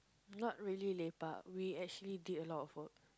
not really lepak we actually did a lot of work